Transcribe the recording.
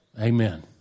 Amen